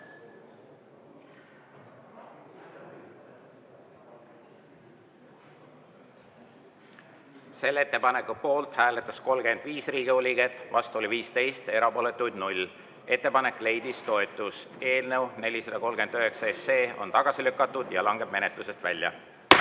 Selle ettepaneku poolt hääletas 35 Riigikogu liiget, vastu oli 15, erapooletuid 0. Ettepanek leidis toetust. Eelnõu 439 on tagasi lükatud ja langeb menetlusest välja. Head